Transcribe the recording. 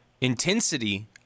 intensity